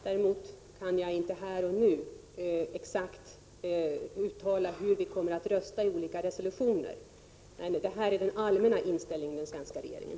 Däremot kan jag inte här och nu exakt uttala hur vi kommer att rösta i fråga om resolutioner. Det här är den svenska regeringens allmänna inställning.